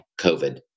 COVID